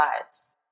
lives